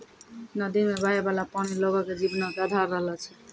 नदी मे बहै बाला पानी लोगो के जीवनो के अधार रहलो छै